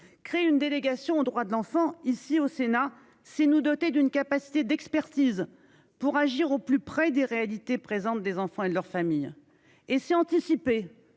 crée une délégation aux droits de l'enfant ici au Sénat c'est nous doter d'une capacité d'expertise pour agir au plus près des réalités présentes des enfants et de leurs familles et c'est anticiper